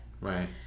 Right